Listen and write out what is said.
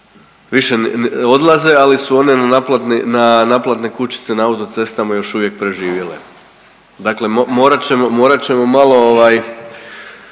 više odlaze ali su one naplatne kućice na autocestama još uvijek preživjele. Dakle morat ćemo, morat